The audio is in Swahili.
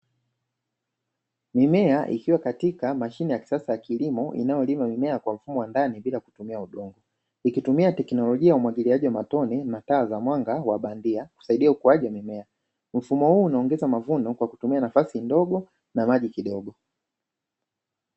Mimea ikiwa katika mashine ya kisasa ya kilimo inayolima mimea kwa mfumo wa ndani bila kutumia huduma, ikitumia teknolojia ya umwagiliaji wa matone na taa za mwanga wa bandia msaidie ukuaji wa mimea mfumo huu unaongeza mavuno kwa kutumia nafasi ndogo na maji kidogo.